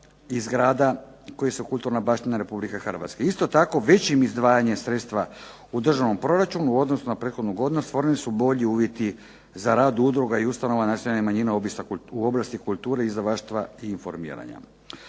i zgrada koja su kulturna baština Republike Hrvatske. Isto tako većim izdvajanjem sredstva u državnom proračunu u odnosu na prethodnu godinu stvoreni su bolji uvjeti za rad udruga i ustanova nacionalnih manjina u oblasti kulture, izdavaštva i informiranja.